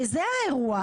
וזה האירוע.